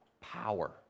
power